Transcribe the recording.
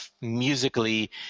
musically